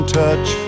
touch